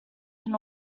can